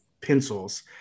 pencils